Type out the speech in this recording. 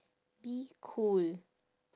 be cool